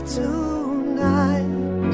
tonight